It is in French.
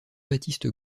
baptiste